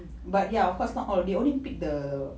but ya of course not all they only pick the